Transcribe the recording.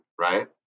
right